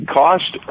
cost